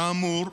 כאמור,